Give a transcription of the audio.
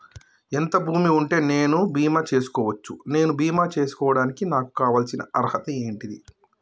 ఎంత భూమి ఉంటే నేను బీమా చేసుకోవచ్చు? నేను బీమా చేసుకోవడానికి నాకు కావాల్సిన అర్హత ఏంటిది?